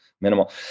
minimal